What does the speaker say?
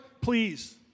please